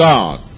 God